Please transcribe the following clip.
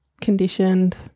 conditioned